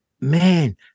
Man